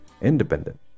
independent